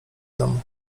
domu